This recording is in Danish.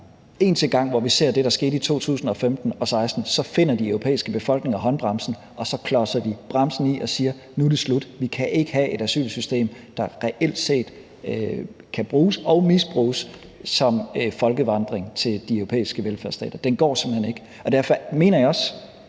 vi en gang til ser det, der skete i 2015 og 2016, så finder de europæiske befolkninger håndbremsen, og så klodser de bremsen i og siger: Nu er det slut; vi kan ikke have et asylsystem, der reelt set kan bruges og misbruges til folkevandring til de europæiske velfærdsstater; den går simpelt hen ikke. Derfor mener jeg også,